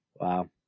Wow